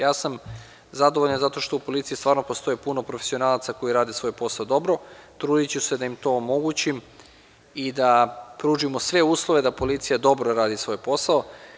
Zadovoljan zato što u policiji stvarno postoje puno profesionalaca koji rade svoj posao dobro, trudiću se da im to omogućim i da pružimo sve uslove da policija dobro radi svoj posao.